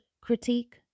critique